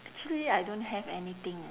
actually I don't have anything ah